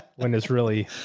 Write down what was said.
when it's really.